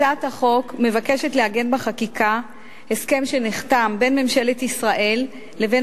הצעת החוק מבקשת לעגן בחקיקה הסכם שנחתם בין ממשלת ישראל לבין